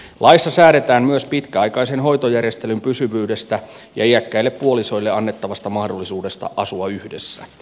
laissa säädetään myös pitkäaikaisen hoitojärjestelyn pysyvyydestä ja iäkkäille puolisoille annettavasta mahdollisuudesta asua yhdessä